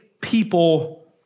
people